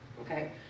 Okay